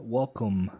welcome